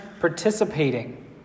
participating